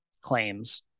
claims